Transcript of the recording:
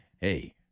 hey